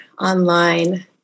online